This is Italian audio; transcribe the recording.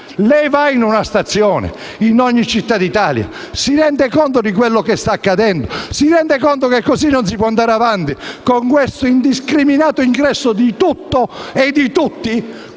una qualunque stazione, di una qualsiasi città d'Italia? Si rende conto di quello che sta accadendo? Si rende conto che così non si può andare avanti, con questo indiscriminato ingresso di tutto e di tutti